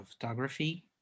photography